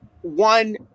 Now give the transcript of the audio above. one